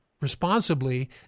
responsibly